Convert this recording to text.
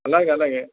అలాగే అలాగే